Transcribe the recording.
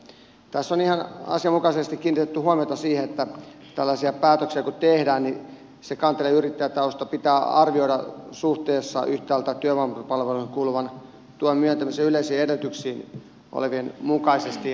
tässä on ihan asianmukaisesti kiinnitetty huomiota siihen että tällaisia päätöksiä kun tehdään niin se kantelijan yrittäjätausta pitää arvioida suhteessa työvoimapalveluihin kuuluvan tuen myöntämisen yleisiin edellytyksiin niiden mukaisesti